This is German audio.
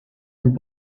und